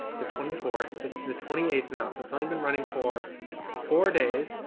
the twenty fourth. it's the twenty eighth now. so it's only been running for four days.